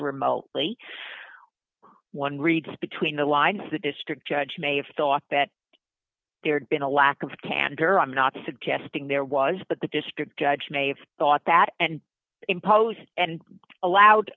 remote plea one reads between the lines the district judge may have thought that there had been a lack of candor i'm not suggesting there was but the district judge may have thought that and imposed and allowed